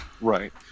right